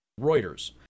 Reuters